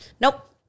Nope